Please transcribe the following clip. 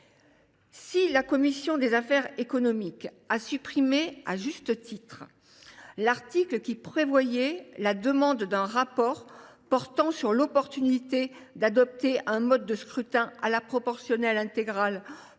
La commission des affaires économiques a supprimé, à juste titre, l’article qui prévoyait la demande d’un rapport sur l’opportunité d’adopter un mode de scrutin à la proportionnelle intégrale